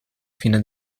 fine